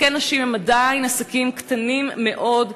עסקי נשים הם עדיין עסקים קטנים מאוד,